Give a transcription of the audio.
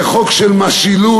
זה חוק של מַשילות,